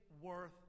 worth